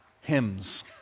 hymns